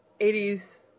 80s